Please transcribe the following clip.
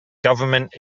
government